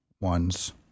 ones